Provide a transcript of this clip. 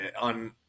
on